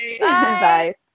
Bye